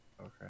Okay